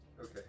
Okay